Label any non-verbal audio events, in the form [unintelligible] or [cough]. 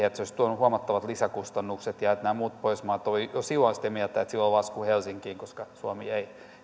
[unintelligible] että se olisi tuonut huomattavat lisäkustannukset ja että nämä muut pohjoismaat olivat jo silloin sitä mieltä että silloin lasku helsinkiin koska suomi ei